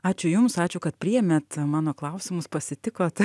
ačiū jums ačiū kad priėmėt mano klausimus pasitikot